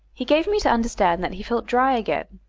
he gave me to understand that he felt dry again.